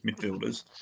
midfielders